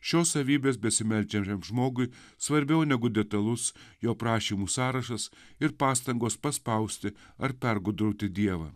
šios savybės besimeldžiančiam žmogui svarbiau negu detalus jo prašymų sąrašas ir pastangos paspausti ar pergudrauti dievą